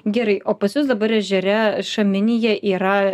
gerai o pas jus dabar ežere šaminyje yra